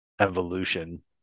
evolution